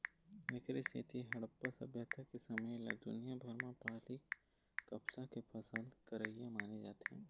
एखरे सेती हड़प्पा सभ्यता के समे ल दुनिया भर म पहिली कपसा के फसल करइया माने जाथे